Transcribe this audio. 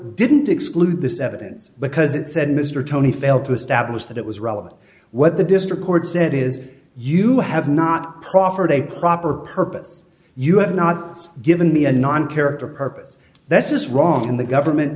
didn't exclude this evidence because it said mr tony failed to establish that it was relevant what the district court said is you have not proffered a proper purpose you have not given me a non character purpose that's just wrong and the government